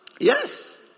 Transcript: Yes